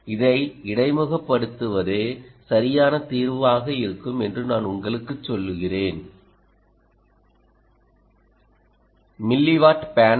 இதை இடைமுகப்படுத்துவதே சரியான தீர்வாக இருக்கும் என்று நான் உங்களுக்குச் சொல்கிறேன் மில்லிவாட் பேனல்